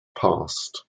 past